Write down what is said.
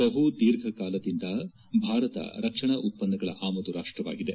ಬಹು ದೀರ್ಘಕಾಲದಿಂದ ಭಾರತ ರಕ್ಷಣಾ ಉತ್ಪನ್ನಗಳ ಆಮದು ರಾಷ್ಟವಾಗಿದೆ